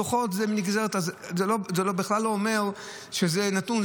דוחות זה בכלל לא אומר שזה נתון,